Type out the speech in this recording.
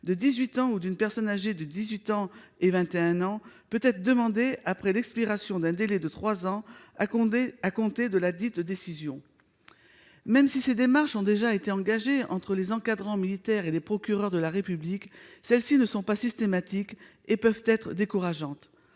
ans ou d'une personne âgée de dix-huit à vingt et un ans peut être demandé après l'expiration d'un délai de trois ans à compter de ladite décision. Même si des démarches ont déjà été engagées entre les encadrants militaires et les procureurs de la République, celles-ci ne sont pas systématiques et peuvent être décourageantes.